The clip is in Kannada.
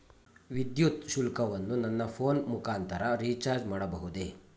ವಿದ್ಯುತ್ ಶುಲ್ಕವನ್ನು ನನ್ನ ಫೋನ್ ಮುಖಾಂತರ ರಿಚಾರ್ಜ್ ಮಾಡಬಹುದೇ?